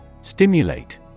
Stimulate